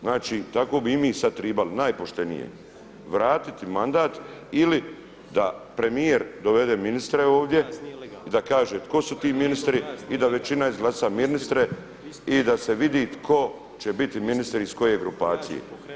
Znači, tako bi i mi sad tribali najpoštenije vratiti mandat ili da premijer dovede ministre ovdje i da kaže tko su ti ministri i da većina izglasa ministre i da se vidi tko će biti ministar iz koje grupacije.